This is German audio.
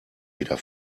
wieder